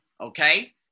okay